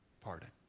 pardon